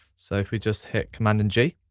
so if we just hit command and g,